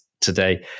today